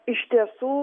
iš tiesų